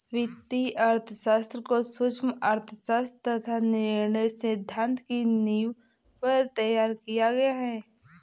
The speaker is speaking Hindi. वित्तीय अर्थशास्त्र को सूक्ष्म अर्थशास्त्र तथा निर्णय सिद्धांत की नींव पर तैयार किया गया है